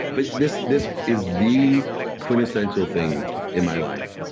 but this this is the quintessential thing in my life.